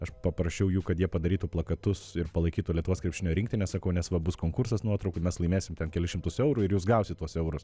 aš paprašiau jų kad jie padarytų plakatus ir palaikytų lietuvos krepšinio rinktinę sakau nes va bus konkursas nuotraukų mes laimėsim ten kelis šimtus eurų ir jūs gausit tuos eurus